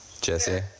Jesse